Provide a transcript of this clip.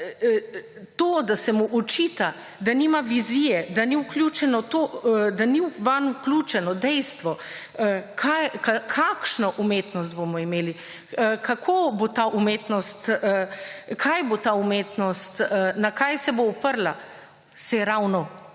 to, da se mu očita, da nima vizije, da ni vanj vključeno dejstvo kakšno umetnost bomo imeli, kako bo ta umetnost, kaj bo ta umetnost, na kaj se bo uprla, saj ravno